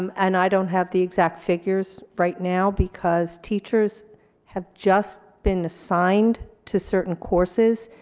um and i don't have the exact figures right now because teachers have just been assigned to certain courses,